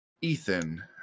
Ethan